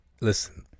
Listen